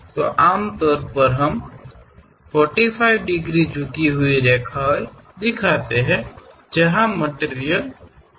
तो आमतौर पर हम 45 डिग्री झुकी हुई रेखाएँ दिखाते हैं जहाँ मटिरियल मौजूद है